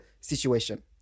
situation